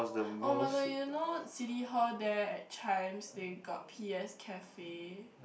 oh my god you know City-Hall there at Chijmes they got P S cafe